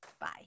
Bye